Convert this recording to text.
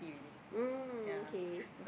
mm okay